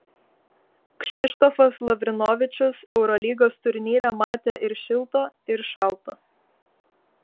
kšištofas lavrinovičius eurolygos turnyre matė ir šilto ir šalto